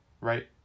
right